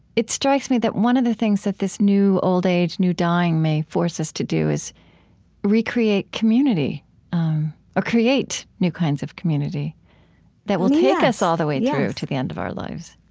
it strikes me that one of the things that this new old age, new dying, may force us to do is recreate community or create new kinds of community that will take us all the way through to the end of our lives